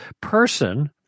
person